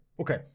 Okay